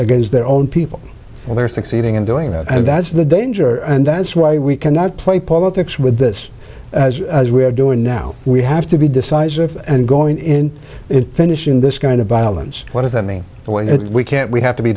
against their own people and they're succeeding in doing that and that's the danger and that's why we cannot play politics with this as we are doing now we have to be decisive and going in finishing this kind of violence what does that mean when it we can't we have to be